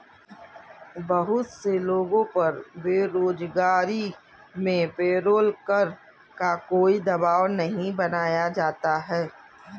बहुत से लोगों पर बेरोजगारी में पेरोल कर का कोई दवाब नहीं बनाया जाता है